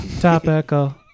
Topical